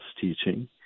teaching